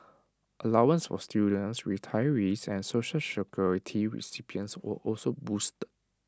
allowances for students retirees and Social Security recipients were also boosted